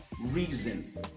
reason